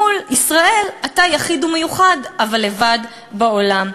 מול ישראל: אתה יחיד ומיוחד אבל לבד בעולם.